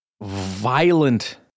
violent